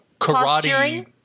karate